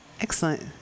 Excellent